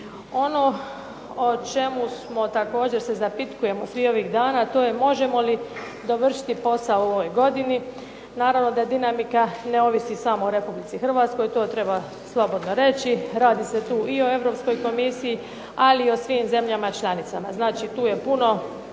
Ono o čemu se zapitkujemo svi ovih dan, a to je možemo li dovršiti posao u ovoj godini. Naravno da dinamika ne ovisi samo o Republici Hrvatskoj to treba slobodno reći, radi se tu i o Europskoj komisiji ali i o svim zemljama članicama. Znači tu je puno